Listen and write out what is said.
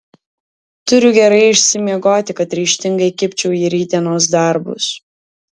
turiu gerai išsimiegoti kad ryžtingai kibčiau į rytdienos darbus